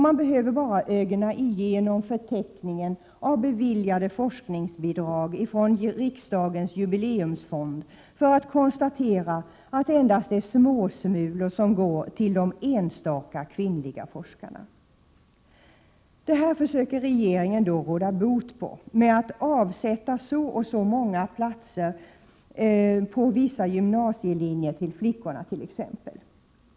Man behöver bara ögna igenom förteckningen av forskningsbidrag som beviljats från Riksbankens Jubileumsfond för att konstatera att det endast är småsmulor som går till de enstaka kvinnliga forskarna. Det här försöker regeringen då råda bot på genom att avsätta ett visst antal platser till flickor på t.ex. vissa gymnasielinjer.